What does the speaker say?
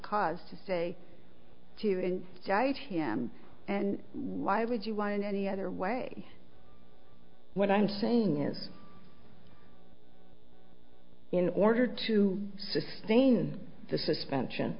cause to say to him jive him and why would you want in any other way what i'm saying is in order to sustain the suspension